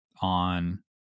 on